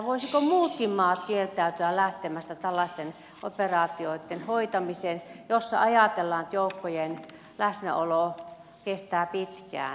voisivatko muutkin maat kieltäytyä lähtemästä tällaisten operaatioitten hoitamiseen jossa ajatellaan että joukkojen läsnäolo kestää pitkään